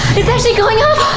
it's actually going up!